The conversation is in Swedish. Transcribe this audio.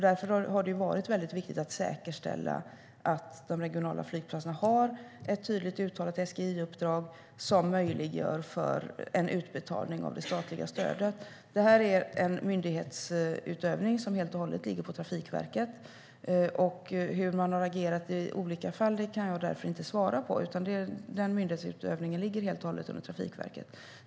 Därför har det varit väldigt viktigt att säkerställa att de regionala flygplatserna har ett tydligt uttalat SGEI-uppdrag som möjliggör för en utbetalning av det statliga stödet. Detta är en myndighetsutövning som helt och hållet ligger under Trafikverket, och hur man har agerat i olika fall kan jag därför inte svara på.